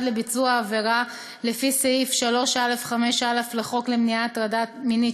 לביצוע עבירה לפי סעיף 3א(5א) לחוק למניעת הטרדה מינית,